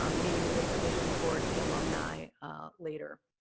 um and even with the vision towards the alumni later.